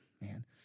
man